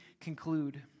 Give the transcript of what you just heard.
conclude